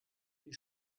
die